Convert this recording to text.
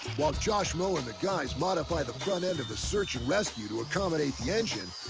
while josh moe and the guys modify the front end of the search and rescue to accommodate the engine,